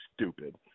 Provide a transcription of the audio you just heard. stupid